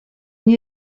мне